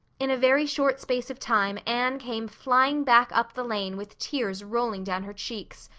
in a very short space of time anne came flying back up the lane with tears rolling down her cheeks.